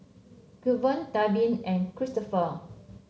Cleve Delvin and Cristopher